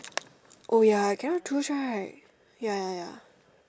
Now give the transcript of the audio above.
oh ya I can not choose right ya ya ya